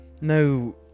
No